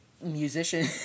musician